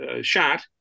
shot